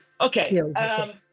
Okay